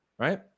Right